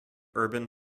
urban